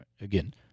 again